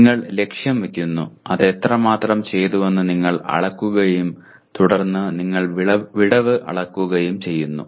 നിങ്ങൾ ലക്ഷ്യം വെക്കുന്നു അത് എത്രമാത്രം ചെയ്തുവെന്ന് നിങ്ങൾ അളക്കുകയും തുടർന്ന് നിങ്ങൾ വിടവ് അളക്കുകയും ചെയ്യുന്നു